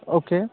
okay